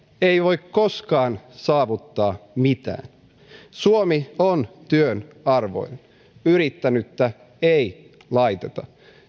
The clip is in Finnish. ei voi koskaan saavuttaa mitään suomi on työn arvoinen yrittänyttä ei laiteta